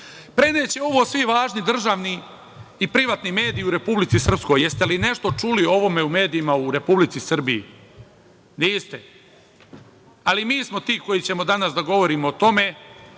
Preneće ovo svi važni državni i privatni mediji u Republici Srpskoj, jeste li nešto čuli o ovome u medijima u Republici Srbiji? Niste. Ali, mi smo ti koji ćemo danas da govorimo o tome